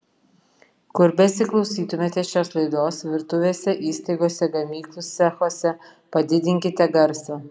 kur besiklausytumėte šios laidos virtuvėse įstaigose gamyklų cechuose padidinkite garsą